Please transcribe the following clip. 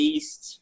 East